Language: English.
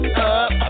up